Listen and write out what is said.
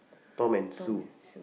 Tom and Sue